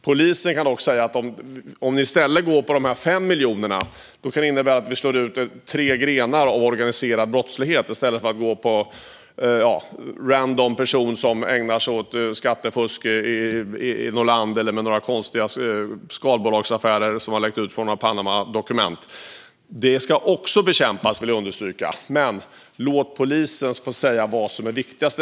Polisen kan dock säga att om ni går på de här 5 miljonerna - i stället för att gå på random person som ägnar sig åt skattefusk i något land eller åt konstiga skalbolagsaffärer som har läckt ut från några Panamadokument - kan det innebära att vi slår ut tre grenar av organiserad brottslighet. De ska också bekämpas, vill jag understryka, men låt polisen säga vad som är viktigast.